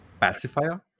pacifier